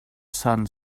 son